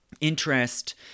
interest